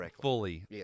fully